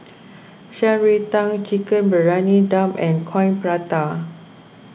Shan Rui Tang Chicken Briyani Dum and Coin Prata